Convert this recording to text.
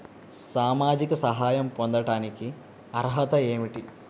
సామాజిక సహాయం పొందటానికి అర్హత ఏమిటి?